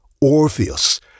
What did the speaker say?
Orpheus